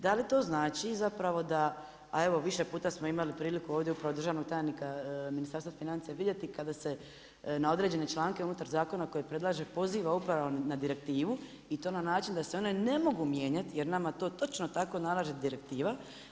Da li to znači da zapravo, ali evo i više puta smo imali priliku ovdje kao državnog tajnika Ministarstva financija vidjeti, kad ase na određene članke unutar zakona, koji predlaže poziva upravo na direktivu i to na način da se one ne mogu mijenjati, jer nama to točno tako nalaže direktiva.